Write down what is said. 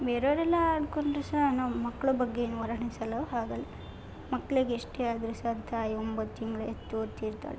ಬೇರೆಯವ್ರೆಲ್ಲ ಆಡಿಕೊಂಡ್ರು ಸಹ ನಾವು ಮಕ್ಕಳ ಬಗ್ಗೆ ಏನು ವರ್ಣಿಸಲು ಆಗಲ್ಲ ಮಕ್ಳಿಗೆ ಎಷ್ಟೆ ಆದರೂ ಸಹ ತಾಯಿ ಒಂಬತ್ತು ತಿಂಗಳು ಹೆತ್ತು ಹೊತ್ತಿರ್ತಾರೆ